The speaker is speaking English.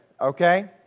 Okay